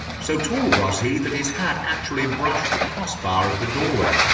so tall was he that his hat actually brushed the cross bar of the doorway,